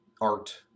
art